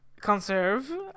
conserve